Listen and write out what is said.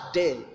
day